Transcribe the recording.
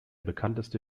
bekannteste